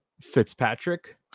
Fitzpatrick